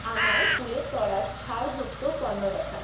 আমায় ফুলের তোড়ার ছাড় যুক্ত পণ্য দেখান